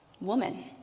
woman